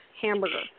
hamburger